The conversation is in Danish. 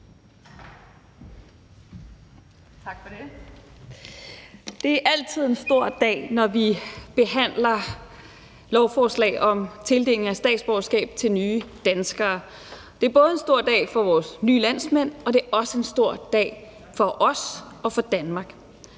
Det er altid en stor dag, når vi behandler lovforslag om tildelingen af statsborgerskab til nye danskere. Det er både en stor dag for vores nye landsmænd, og det er også en stor dag for os og for Danmark.